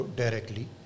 directly